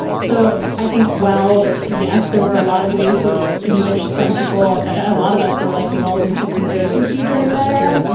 so. i think, well, yes, there were a lot of ways which in which some people, a lot of us were like lulled into complacency during that era.